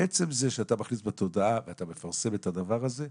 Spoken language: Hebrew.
עצם זה שאתה מכניס לתודעה ואתה מפרסם את הדבר הזה,